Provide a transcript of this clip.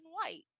white